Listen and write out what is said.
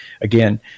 again